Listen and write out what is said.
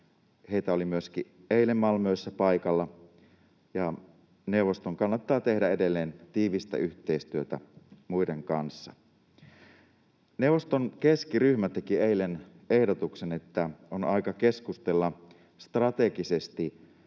heitä oli myöskin eilen Malmössä paikalla. Neuvoston kannattaa tehdä edelleen tiivistä yhteistyötä muiden kanssa. Neuvoston keskiryhmä teki eilen ehdotuksen, että on aika keskustella strategisesti